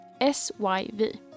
SYV